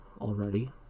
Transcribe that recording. already